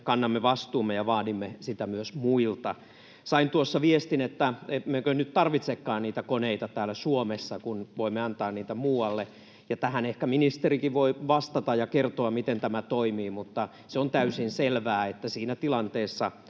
kannamme vastuumme ja vaadimme sitä myös muilta. Sain tuossa viestin, että emmekö nyt tarvitsekaan niitä koneita täällä Suomessa, kun voimme antaa niitä muualle — tähän ehkä ministerikin voi vastata ja kertoa, miten tämä toimii — mutta se on täysin selvää, että siinä tilanteessa,